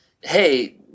hey